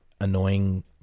annoying